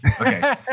Okay